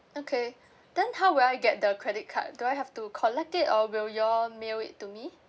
okay then how will I get the credit card do I have to collect it or will you all mail it to me